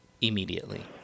immediately